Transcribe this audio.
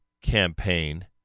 campaign